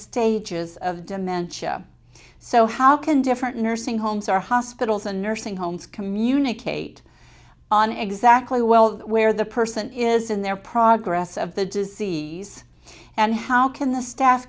stages of dementia so how can different nursing homes our hospitals and nursing homes communicate on exactly well where the person is in their progress of the disease and how can the staff